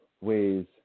ways